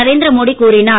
நரேந்திர மோடி கூறினார்